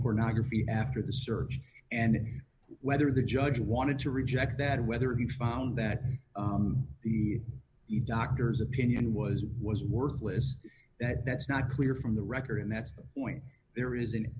pornography after the search and whether the judge wanted to reject that and whether he found that the he doctor's opinion was was worthless that that's not clear from the record and that's the point there isn't it